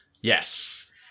Yes